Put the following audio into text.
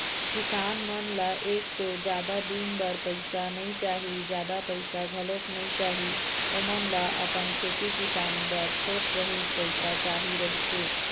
किसान मन ल एक तो जादा दिन बर पइसा नइ चाही, जादा पइसा घलोक नइ चाही, ओमन ल अपन खेती किसानी बर थोक बहुत पइसा चाही रहिथे